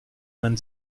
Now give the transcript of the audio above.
man